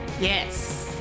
yes